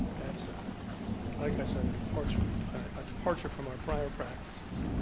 that's, ah like i said, a departure from ah departure from our prior practices.